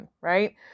Right